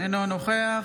אינו נוכח